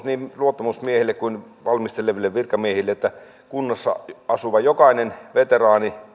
niin luottamusmiehille kuin valmisteleville virkamiehille että jokainen kunnassa asuva veteraani